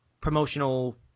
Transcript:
promotional